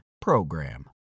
PROGRAM